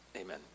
Amen